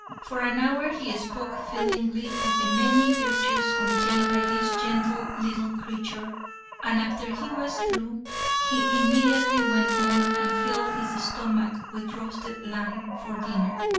for an hour he spoke feelingly of the many virtues contained by this gentle little creature and after he was through he immediately went home and filled his stomach with roasted lamb for dinner.